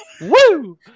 Woo